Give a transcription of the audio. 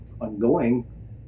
ongoing